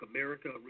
America